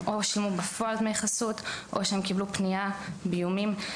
או שהם שילמו דמי חסות או שהם קיבלו פנייה באיומים לתשלום.